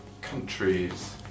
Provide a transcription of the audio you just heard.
countries